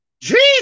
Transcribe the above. Jesus